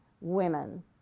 women